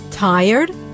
Tired